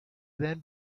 then